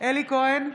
אלי כהן,